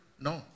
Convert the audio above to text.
No